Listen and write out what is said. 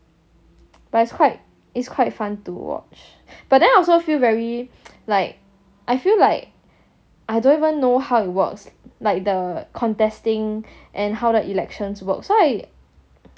but it's quite it's quite fun to watch but then I also feel very like I feel like I don't even know how it works like the contesting and how the elections works so I